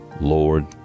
Lord